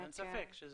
אין ספק.